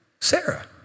Sarah